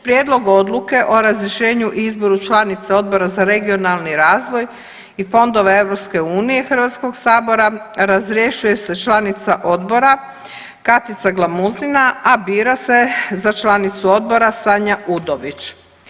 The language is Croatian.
Prijedlog odluke o razrješenju i izboru članice Odbora za regionalni razvoj i fondove EU Hrvatskog sabora razrješuje se članica Odbora Katica Glamuzina, a bira se za članicu Odbora Sanja Udović.